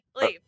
Leave